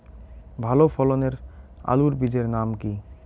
ভালো ফলনের আলুর বীজের নাম কি?